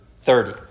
thirty